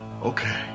Okay